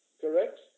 correct